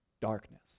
darkness